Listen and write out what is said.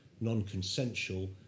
Non-consensual